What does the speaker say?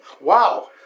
Wow